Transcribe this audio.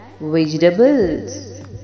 vegetables